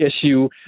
issue